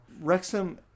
Wrexham